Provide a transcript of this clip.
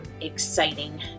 exciting